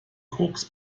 koks